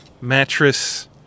Mattress